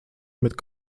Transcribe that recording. mit